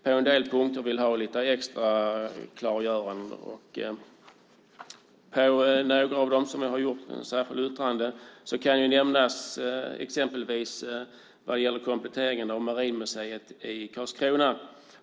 På en del punkter vill vi ha några extra klargöranden. Bland dem där vi har särskilda yttranden kan jag nämna kompletteringen av Marinmuseum i Karlskrona.